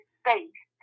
space